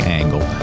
angle